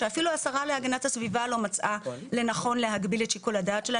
שאפילו השרה להגנת הסביבה לא מצאה לנכון להגביל את שיקול הדעת שלה,